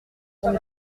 quand